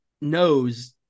knows